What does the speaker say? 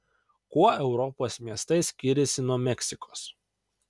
kuo europos miestai skiriasi nuo meksikos